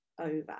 over